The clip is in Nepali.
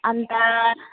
अनि त